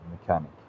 mechanic